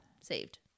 saved